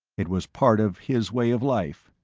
it was part of his way of life.